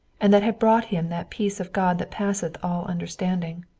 and that had brought him that peace of god that passeth all understanding.